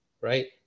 right